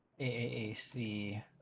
AAAC